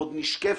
עוד נשקפת,